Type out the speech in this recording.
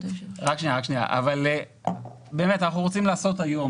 אנחנו רוצים לעשות היום.